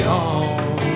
on